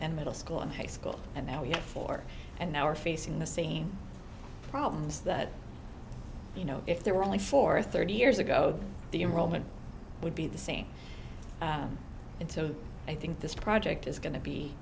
and middle school and high school and now we have four and now are facing the same problems that you know if there were only four thirty years ago the in roman would be the same and so i think this project is going to be